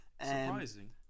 Surprising